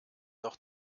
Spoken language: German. doch